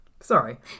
Sorry